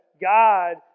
God